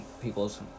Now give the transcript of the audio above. people's